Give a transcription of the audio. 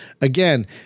again